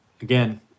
again